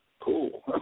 Cool